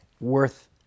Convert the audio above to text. worth